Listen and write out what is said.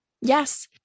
Yes